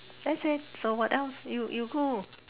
that's it so what else you you who